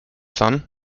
son